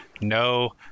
No